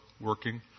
working